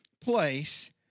Place